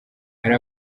hari